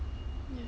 ya